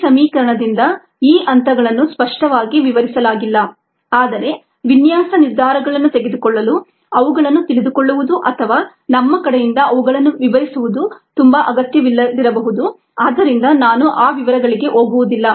ಈ ಸಮೀಕರಣದಿಂದ ಈ ಹಂತಗಳನ್ನು ಸ್ಪಷ್ಟವಾಗಿ ವಿವರಿಸಲಾಗಿಲ್ಲ ಆದರೆ ವಿನ್ಯಾಸ ನಿರ್ಧಾರಗಳನ್ನು ತೆಗೆದುಕೊಳ್ಳಲು ಅವುಗಳನ್ನು ತಿಳಿದುಕೊಳ್ಳುವುದು ಅಥವಾ ನಮ್ಮ ಕಡೆಯಿಂದ ಅವುಗಳನ್ನು ವಿವರಿಸುವುದು ತುಂಬಾ ಅಗತ್ಯವಿಲ್ಲದಿರಬಹುದು ಆದ್ದರಿಂದ ನಾವು ಆ ವಿವರಗಳಿಗೆ ಹೋಗುವುದಿಲ್ಲ